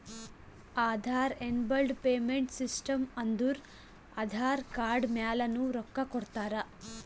Aadhaar enabled payment system ಅಂದುರ್ Aadhaar card ಮ್ಯಾಲನು ರೊಕ್ಕಾ ಕೊಡ್ತಾರ